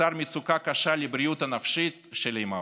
יצר מצוקה קשה, בבריאות הנפשית של האימהות.